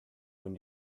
when